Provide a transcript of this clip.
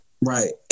right